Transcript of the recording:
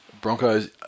Broncos